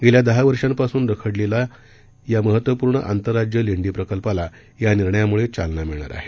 गेल्या दहा वर्षांपासून रखडलेल्या महत्त्वपूर्ण आंतरराज्य लेंडी प्रकल्पाला या निर्णयामुळे चालना मिळणार आहे